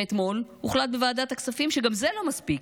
ואתמול הוחלט בוועדת הכספים שגם זה לא מספיק,